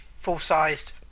full-sized